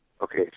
okay